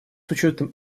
учетом